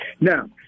Now